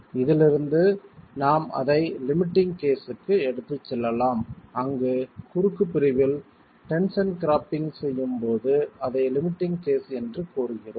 இதிலிருந்து நாம் அதை லிமிட்டிங் கேஸ்க்கு எடுத்துச் செல்லலாம் அங்கு குறுக்கு பிரிவில் டென்ஷன் க்ராப்பிங் செய்யும்போது அதை லிமிட்டிங் கேஸ் என்று கூறினோம்